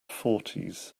fourties